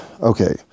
okay